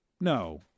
No